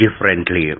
Differently